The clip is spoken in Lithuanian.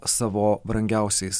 savo brangiausiais